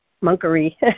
monkery